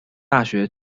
大学